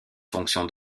fonctions